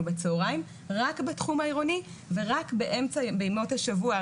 בצהריים רק בתחום העירוני וגם בימות השבוע,